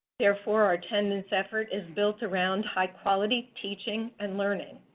therefore, our attendance effort is built around high quality teaching and learning.